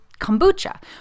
kombucha